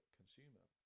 consumer